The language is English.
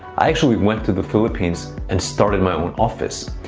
i actually went to the philippines and started my own office.